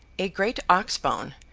a great ox-bone,